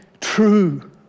true